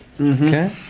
Okay